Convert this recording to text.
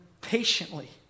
patiently